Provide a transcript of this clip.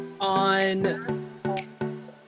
on